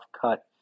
cut